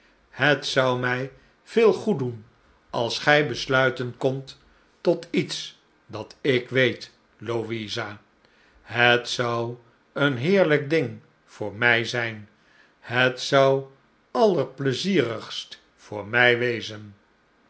het zou mij veel goed doen als gij besluiten kondt tot iets dat ik weet louisa het zou een heerlijk ding voor mij zijn het zou allerpleizierigst voor mij wezen